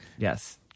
yes